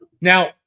Now